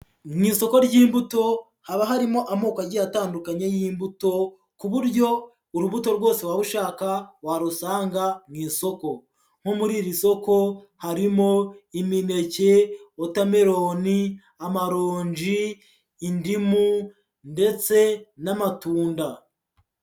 Mu isoko ry'imbuto haba harimo amoko agiye atandukanye y'imbuto, ku buryo urubuto rwose waba ushaka warusanga mu isoko. Nko muri iri soko harimo imineke, wotameroni, amaronji, indimu ndetse n'amatunda.